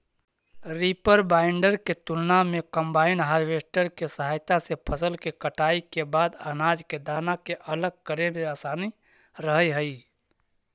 reaper binder के तुलना में कम्बाइन हार्वेस्टर के सहायता से फसल के कटाई के बाद अनाज के दाना के अलग करे में असानी रहऽ हई